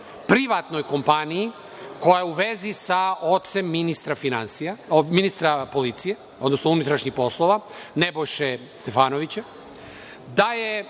privatnoj kompaniji koja je u vezi sa ocem ministra policije, odnosno unutrašnjih poslova, Nebojše Stefanovića, da je